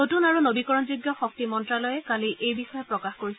নতুন আৰু নবীকৰণযোগ্য শক্তি মন্ত্যালয়ে কালি এই বিষয়ে প্ৰকাশ কৰিছে